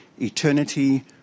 eternity